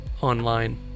online